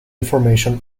information